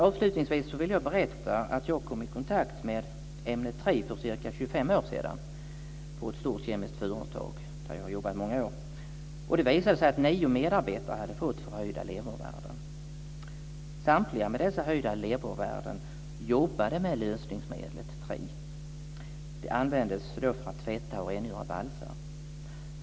Avslutningsvis vill jag berätta att jag kom i kontakt med ämnet tri för ca 25 år sedan på ett stort kemiskt företag där jag jobbade i många år. Det visade sig att nio medarbetare hade fått förhöjda levervärden. Samtliga dessa jobbade med lösningsmedlet tri. Det användes för att tvätta och rengöra valsar.